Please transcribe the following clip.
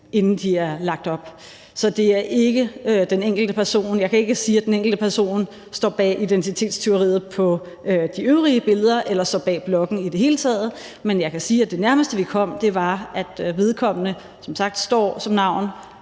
inden de er lagt op. Så det er ikke den enkelte person. Jeg kan ikke sige, at den enkelte person står bag identitetstyveriet på de øvrige billeder eller står bag bloggen i det hele taget, men jeg kan sige, at det nærmeste, vi kom, var, at vedkommende som sagt står med sit navn